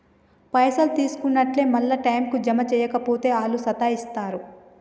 పైసలు తీసుకున్నట్లే మళ్ల టైంకు జమ జేయక పోతే ఆళ్లు సతాయిస్తరు